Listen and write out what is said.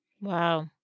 Wow